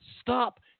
stop